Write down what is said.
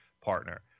partner